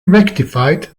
rectified